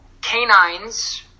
canines